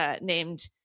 named